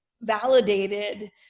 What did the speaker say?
validated